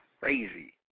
crazy